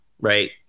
right